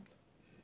almost